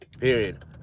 Period